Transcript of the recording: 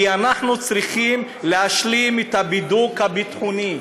כי אנחנו צריכים להשלים את הבידוק הביטחוני.